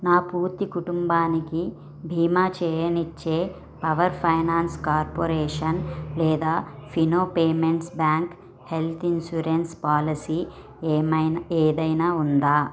నా పూర్తి కుటుంబానికి భీమా చేయనిచ్చే పవర్ ఫైనాన్స్ కార్పొరేషన్ లేదా Fino payments bank health insurance policy ఏమైనా ఏదైనా ఉందా